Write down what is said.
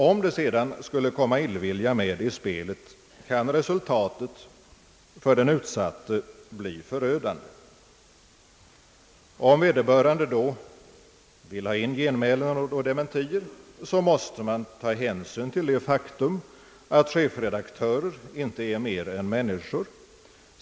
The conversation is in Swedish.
Om det sedan skulle komma illvilja med i spelet, kan resultatet för den utsatte bli förödande. Om vederbörande då vill ha in genmälen och dementier måste man ta hänsyn till det faktum att chefredaktörer inte är mer än människor.